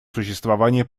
существования